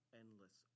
endless